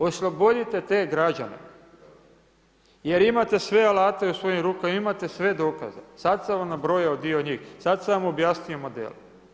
Oslobodite te građane, jer imate sve alate u svojim rukama, imate sve dokaze sad sam vam nabrojao dio njih, sad sam vam objasnio model.